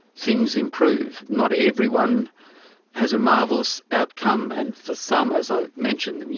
things improve. not everyone has a marvellous outcome, and for some, as i mentioned,